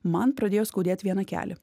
man pradėjo skaudėt vieną kelį